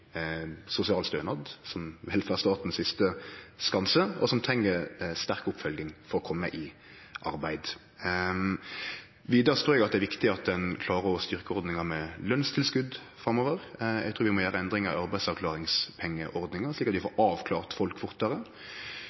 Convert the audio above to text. velferdsstatens siste skanse, og som treng sterk oppfølging for å kome i arbeid. Vidare trur eg det er viktig at ein klarer å styrkje ordninga med lønstilskot framover. Eg trur vi må gjere endringar i arbeidsavklaringspengeordninga, slik at vi får avklara folk fortare.